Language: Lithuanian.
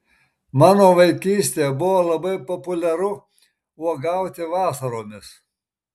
mano vaikystėje buvo labai populiaru uogauti vasaromis